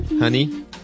Honey